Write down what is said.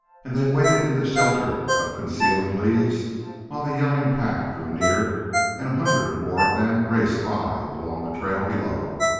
and they waited in the shelter of concealing leaves while the yelling pack drew near and a hundred or more of them raced by along the trail below.